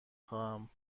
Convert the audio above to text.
خواهم